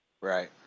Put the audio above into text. right